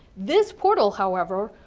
this portal, however,